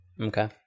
Okay